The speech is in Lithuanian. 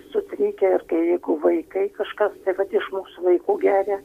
sutrikę ir kai vaikai kažkas tai vat iš mūsų vaikų geria